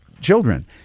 children